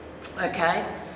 Okay